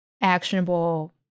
actionable